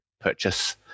purchase